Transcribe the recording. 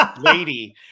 lady